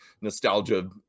nostalgia